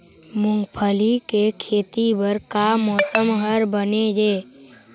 मूंगफली के खेती बर का मौसम हर बने ये?